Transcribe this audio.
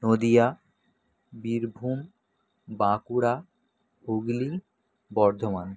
Nadia Birbhum Bankura Hooghly Bardhaman